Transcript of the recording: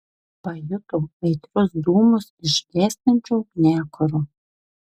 pajuto aitrius dūmus iš gęstančio ugniakuro